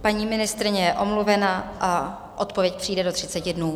Paní ministryně je omluvena a odpověď přijde do 30 dnů.